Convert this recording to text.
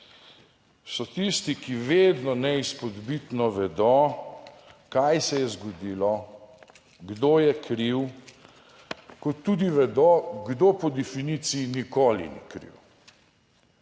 so tisti, ki vedno neizpodbitno vedo, kaj se je zgodilo, kdo je kriv, kot tudi vedo, kdo po definiciji nikoli ni kriv.